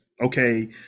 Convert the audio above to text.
okay